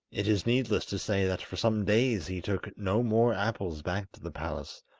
it is needless to say that for some days he took no more apples back to the palace,